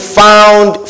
found